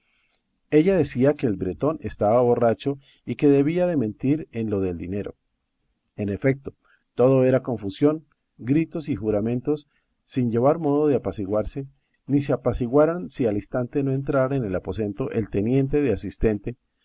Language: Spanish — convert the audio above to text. ella decía que el bretón estaba borracho y que debía de mentir en lo del dinero en efeto todo era confusión gritos y juramentos sin llevar modo de apaciguarse ni se apaciguaran si al instante no entrara en el aposento el teniente de asistente